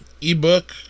ebook